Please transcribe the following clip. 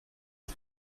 die